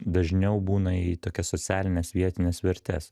dažniau būna į tokias socialines vietines vertes